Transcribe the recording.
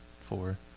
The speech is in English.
four